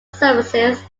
services